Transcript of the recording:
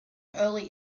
early